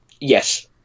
Yes